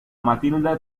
matilde